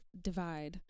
divide